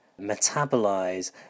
metabolize